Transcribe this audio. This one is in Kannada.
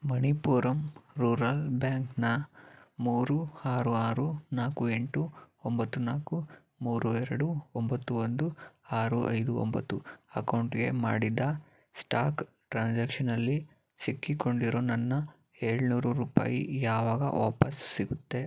ಮಣಿಪುರಮ್ ರೂರಲ್ ಬ್ಯಾಂಕ್ನ ಮೂರು ಹಾರು ಆರು ನಾಲ್ಕು ಎಂಟು ಒಂಬತ್ತು ನಾಲ್ಕು ಮೂರು ಎರಡು ಒಂಬತ್ತು ಒಂದು ಆರು ಐದು ಒಂಬತ್ತು ಅಕೌಂಟಿಗೆ ಮಾಡಿದ ಸ್ಟಾಕ್ ಟ್ರಾನ್ಸಾಕ್ಷನ್ನಲ್ಲಿ ಸಿಕ್ಕಿಕೊಂಡಿರೋ ನನ್ನ ಏಳುನೂರು ರೂಪಾಯಿ ಯಾವಾಗ ವಾಪಸ್ಸು ಸಿಗುತ್ತೆ